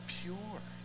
pure